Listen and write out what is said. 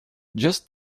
just